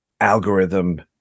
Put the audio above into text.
algorithm